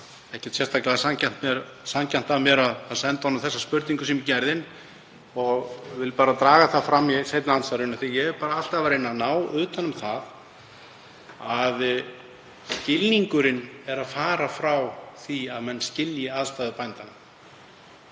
ekkert sérstaklega sanngjarnt af mér að senda honum þessa spurningu sem ég gerði. Ég vil bara draga það fram í seinna andsvari að ég er alltaf að reyna að ná utan um það að skilningurinn er að fara frá því að menn skilji aðstæður bænda